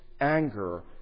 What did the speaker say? anger